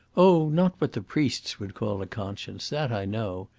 oh, not what the priests would call a conscience that i know.